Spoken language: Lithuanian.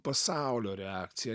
pasaulio reakcija